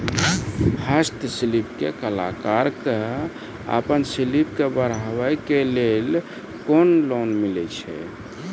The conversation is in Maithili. हस्तशिल्प के कलाकार कऽ आपन शिल्प के बढ़ावे के लेल कुन लोन मिलै छै?